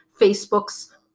Facebook's